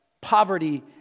poverty